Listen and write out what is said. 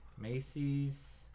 Macy's